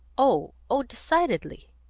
oh oh decidedly!